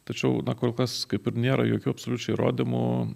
tačiau na kol kas kaip ir nėra jokių absoliučių įrodymų